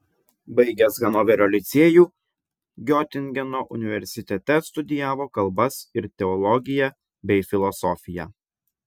baigęs hanoverio licėjų giotingeno universitete studijavo kalbas ir teologiją bei filosofiją